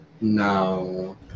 No